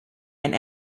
and